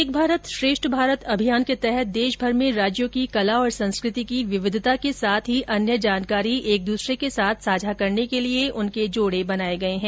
एक भारत श्रेष्ठ अभियान के तहत देशभर में राज्यों की कला और संस्कृति की विविधता के साथ ही अन्य जानकारी एक दूसरे के साथ साझा करने के लिए उनके जोड़े बनाए गए हैं